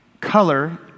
color